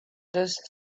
does